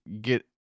get